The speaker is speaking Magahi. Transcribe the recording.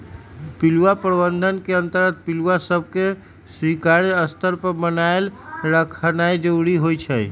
पिलुआ प्रबंधन के अंतर्गत पिलुआ सभके स्वीकार्य स्तर पर बनाएल रखनाइ जरूरी होइ छइ